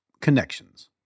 Connections